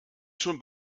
schon